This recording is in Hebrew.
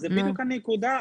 זו, בדיוק, הנקודה.